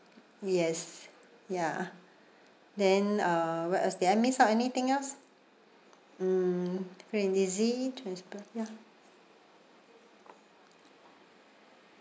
yes ya then uh what else did I miss out anything else mm free and easy transport ya